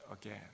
again